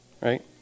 Right